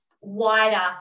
wider